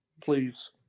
please